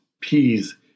peas